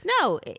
No